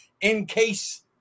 in-case